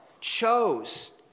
chose